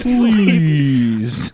Please